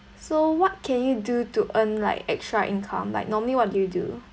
so what can you do to earn like extra income like normally what do you do